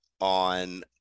on